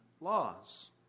laws